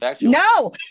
No